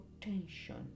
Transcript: tension